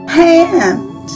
hand